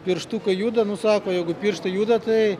pirštukai juda nu sako jeigu pirštai juda tai